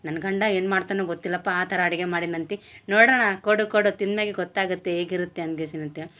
ನನ್ನ ಗಂಡ ಏನು ಮಾಡ್ತನೊ ಗೊತ್ತಿಲಪ್ಪ ಆ ಥರ ಅಡಿಗೆ ಮಾಡಿನಂತಿ ನೋಡೋಣ ಕೊಡು ಕೊಡು ತಿಂದ ಮ್ಯಾಗೆ ಗೊತ್ತಾಗುತ್ತೆ ಹೇಗಿರುತ್ತೆ ಅನ್ಗೆಸಿನ್ ಅಂತ್ಹೇಳಿ